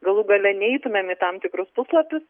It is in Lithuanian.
galų gale neitumėm į tam tikrus puslapius